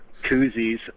koozies